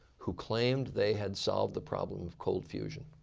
who claimed they had solved the problem of cold fusion.